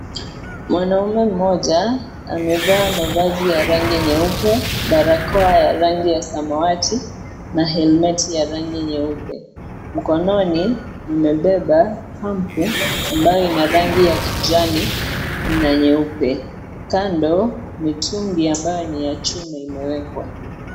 Mwanaume mmoja amevaa mavazi ya rangi nyeupe, barakoa ya rangi ya samawati, na (cs)helmeti (cs) ya rangi nyeupe, mkononi amebeba pampu ambayo ina rangi ya kijani, na nyeupe, kando, mitungi ambayo ni ya chuma imewekwa.